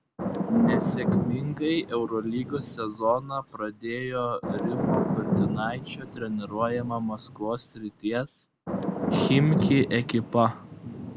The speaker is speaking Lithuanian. nesėkmingai eurolygos sezoną pradėjo rimo kurtinaičio treniruojama maskvos srities chimki ekipa